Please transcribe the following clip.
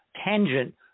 tangent